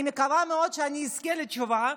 אני מקווה מאוד שאני אזכה לתשובה,